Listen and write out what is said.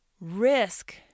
risk